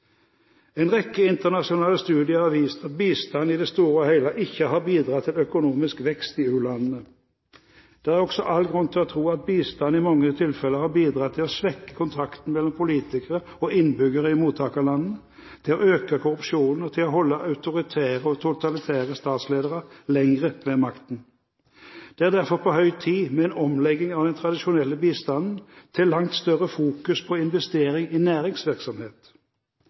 En rekke internasjonale studier har vist at bistand i det store og hele ikke har bidratt til økonomisk vekst i u-landene. Det er også all grunn til å tro at bistand i mange tilfeller har bidratt til å svekke kontrakten mellom politikere og innbyggere i mottakerlandene, til å øke korrupsjonen, og til å holde autoritære og totalitære statsledere lenger ved makten. Det er derfor på høy tid med en omlegging av den tradisjonelle bistanden til langt større fokus på investering i næringsvirksomhet.